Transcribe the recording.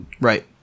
Right